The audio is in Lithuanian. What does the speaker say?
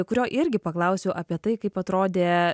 kurio irgi paklausiau apie tai kaip atrodė